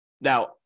Now